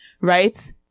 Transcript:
right